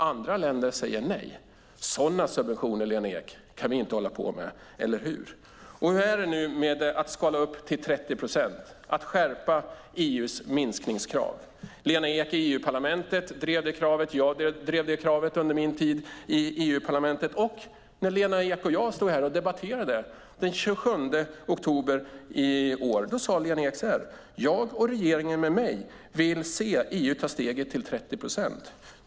Andra länder säger nej. Sådana subventioner, Lena Ek, kan vi inte hålla på med, eller hur? Och hur är det nu med att skala upp till 30 procent och skärpa EU:s minskningskrav? Lena Ek drev det kravet i EU-parlamentet. Jag drev också det kravet under min tid i EU-parlamentet. När Lena Ek och jag stod här och debatterade den 27 oktober i år sade Lena Ek: "Jag och regeringen med mig vill se EU ta steget till 30 procent."